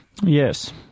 Yes